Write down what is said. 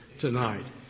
tonight